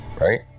right